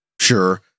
Sure